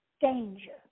danger